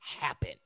happen